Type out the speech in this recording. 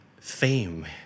fame